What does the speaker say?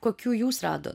kokių jūs rado